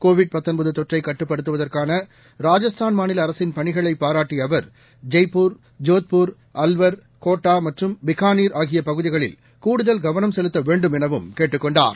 Covid தொற்றை கட்டுப்படுத்துவதற்காள ராஜஸ்தான் மாநில அரசின் பணிகளை பாராட்டிய அவர் ஜெய்ப்பூர் ஜோத்பூர் அல்வர் கோட்டா மற்றும் பிகாளிர் ஆகிய பகுதிகளில் கூடுதல் கவனம் செலுத்த வேண்டும் எனவும் கேட்டுக் கொண்டார்